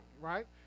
right